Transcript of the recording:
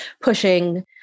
pushing